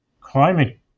climate